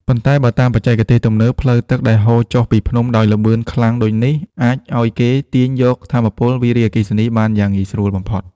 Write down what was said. ប៉ុន្តែ បើតាមបច្ចេកទេសទំនើប ផ្លូវទឹកដែលហូរចុះពីភ្នំដោយល្បឿនខ្លាំងដូចនេះ អាចឱ្យគេទាញយកថាមពលវារីអគ្គិសនីបានយ៉ាងងាយបំផុត។